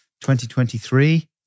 2023